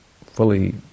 fully